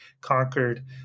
conquered